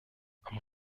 aber